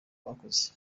bakoze